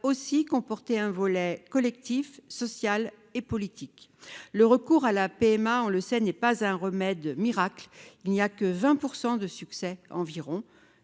aussi comporter un volet collectif, social et politique, le recours à la PMA, on le sait, n'est pas un remède miracle, il n'y a que 20 % de succès environ,